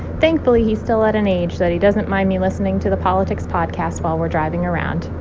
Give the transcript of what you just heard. thankfully, he's still at an age that he doesn't mind me listening to the politics podcast while we're driving around.